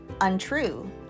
untrue